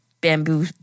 bamboo